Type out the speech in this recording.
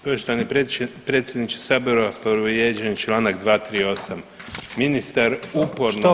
Poštovani predsjedniče sabor povrijeđen je Članak 238., ministar uporno